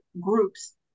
groups